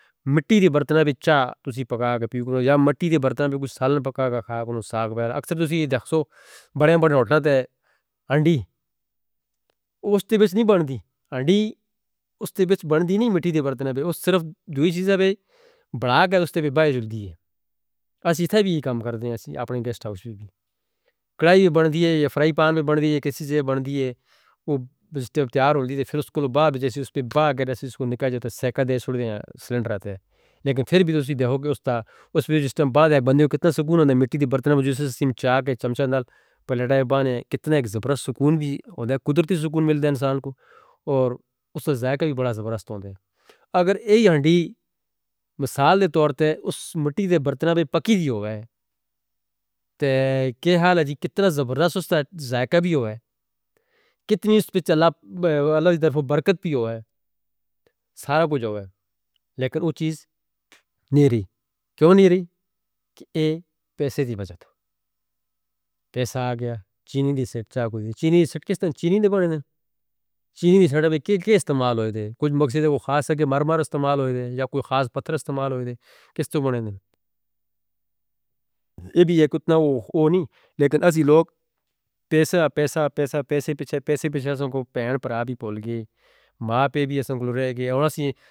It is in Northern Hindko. مٹی دے برتنہ وچہ تسی پکا کے پیو گے یا مٹی دے برتنہ وچہ کوئی سالن پکا کے کھاؤ گے ساغ ویار۔ اکثر تسی دیکھسو بڑے بڑے ہوتلا تے ہنڈی۔ اس تے بچ نہیں بندی ہنڈی۔ اس تے بچ بندی نہیں مٹی دے برتنہ بچ۔ اس صرف جوئی چیز ہے بھے بڑا کر اس تے بچ بائے جڑ دی ہے۔ اس ہی تھا بھی ہی کام کردے ہیں اپنے گیسٹ ہاؤس بھی بھی۔ کڑائی بھی بندی ہے یا فرائی پین بھی بندی ہے کسی سے بھی بندی ہے۔ وہ تے تیار ہوتی ہے پھر اس کو بعد جیسے اس پہ بعد جیسے اس کو نکال جتے سکھا دیتے ہیں سلنڈرہ تے۔ لیکن پھر بھی تسی دیکھو گے اس تے بعد بندے کو کتنا سکون آندہ ہے مٹی دے برتنہ میں جسے سسیم چاکے چمچہ نال پلیٹ آئے بانے ہیں کتنا ایک زبردست سکون بھی آندہ ہے۔ قدرتی سکون ملتے ہیں انسان کو اور اس سے ذائقہ بھی بڑا زبردست آندہ ہے۔ اگر یہی ہانڈی مثال دے طور پر اس مٹی دے برتنہ بھی پکی بھی ہو گیا ہے۔ تے کیا حال ہے جی کتنا زبردست اس کا ذائقہ بھی ہو گیا ہے۔ کتنی اس پہ چللہ اللہ دی طرف برکت بھی ہو گیا ہے۔ سارا کچھ ہو گیا ہے۔ لیکن وہ چیز نیری۔ کیوں نیری؟ کہ اے پیسے دی بچت۔ پیسہ آ گیا۔ چینی دی سیٹ چھا کوئی دی۔ چینی دی سیٹ کس طرح چینی دی برنے دے۔ چینی دی سیٹ کس طرح کوئی استعمال ہو دے۔ کچھ مقصد ہے وہ خاص ہے کہ مرمر استعمال ہو دے۔ یا کوئی خاص پتھر استعمال ہو دے۔ کس طرح برنے دے۔ یہ بھی ہے کچھ نہ ہو نہیں۔ لیکن اس ہی لوگ پیسہ پیسہ پیسہ پیسے پیسہ سے کو پینڈ پرہ بھی پھول گئے۔ ماں پے بھی اسنگ لو رہ گئے۔